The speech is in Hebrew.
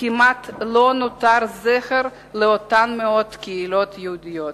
כמעט לא נותר זכר לאותן מאות קהילות יהודיות.